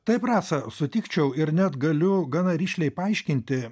taip rasa sutikčiau ir net galiu gana rišliai paaiškinti